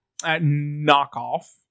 knockoff